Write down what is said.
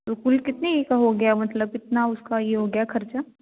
तो कुल कितने का हो गया मतलब कितना उसका ये हो गया खर्चा